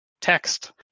text